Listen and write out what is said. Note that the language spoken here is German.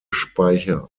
speicher